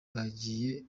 bagiye